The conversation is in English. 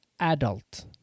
adult